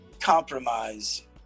compromise